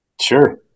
sure